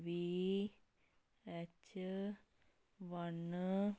V H one